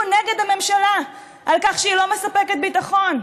נגד הממשלה על כך שהיא לא מספקת ביטחון?